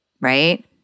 right